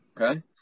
Okay